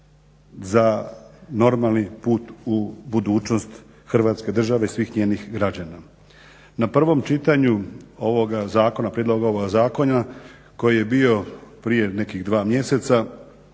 za normani put u budućnost Hrvatske države i svih njenih građana. Na prvom čitanju prijedloga ovoga zakona koji je bio prije nekih dva mjeseca